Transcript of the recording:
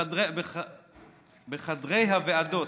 בחדרי הוועדות,